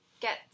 get